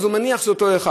אז הוא מניח שזה אותו אחד,